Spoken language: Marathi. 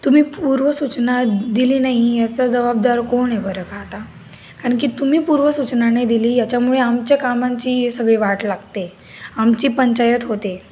तुम्ही पूर्व सूचना दिली नाही याचा जबाबदार कोण आहे बरं का आता कारण की तुम्ही पूर्व सूचना नाही दिली याच्यामुळे आमच्या कामांची सगळी वाट लागते आमची पंचायत होते